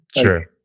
Sure